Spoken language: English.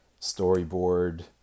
storyboard